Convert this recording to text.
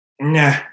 nah